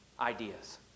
ideas